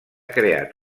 creat